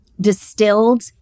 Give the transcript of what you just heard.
distilled